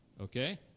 Okay